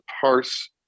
parse